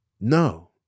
No